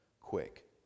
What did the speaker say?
quick